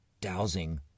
dowsing